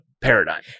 paradigm